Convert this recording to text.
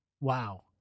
Wow